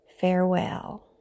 Farewell